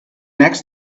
next